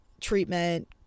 treatment